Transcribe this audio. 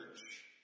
church